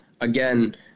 again